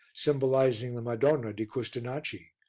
symbolizing the madonna di custonaci,